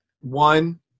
one